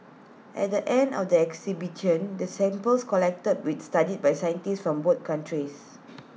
at the end of the expedition the samples collected with studied by scientists from both countries